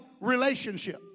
relationship